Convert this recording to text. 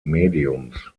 mediums